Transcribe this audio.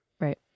right